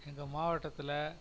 எங்கள் மாவட்டத்தில்